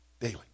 daily